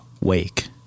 wake